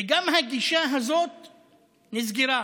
וגם הגישה הזאת נסגרה.